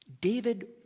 David